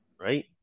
right